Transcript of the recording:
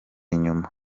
inyuma